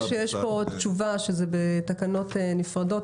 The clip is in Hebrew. ברגע שיש פה תשובה שזה בתקנות נפרדות,